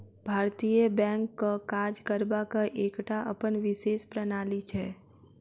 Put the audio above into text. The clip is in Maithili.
भारतीय बैंकक काज करबाक एकटा अपन विशेष प्रणाली छै